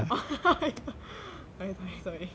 oh okay sorry sorry